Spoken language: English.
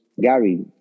Gary